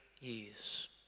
years